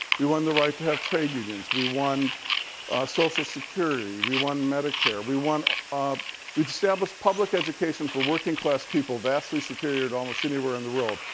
we won the right to have trade unions. we won social security. we won medicare. we um we established public education for working class people vastly superior to almost anywhere in the world.